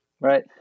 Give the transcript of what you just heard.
right